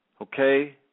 okay